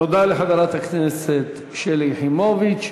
תודה לחברת הכנסת שלי יחימוביץ.